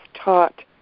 taught